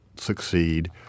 succeed